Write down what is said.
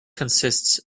consists